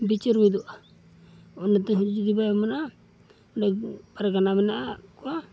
ᱵᱤᱪᱟᱹᱨᱵᱚ ᱚᱱᱟᱛᱮᱦᱚᱸ ᱡᱩᱫᱤ ᱵᱟᱭ ᱢᱟᱱᱟᱜᱼᱟ ᱯᱟᱨᱜᱟᱱᱟ ᱢᱮᱱᱟᱜ ᱠᱚᱣᱟ